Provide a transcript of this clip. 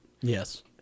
Yes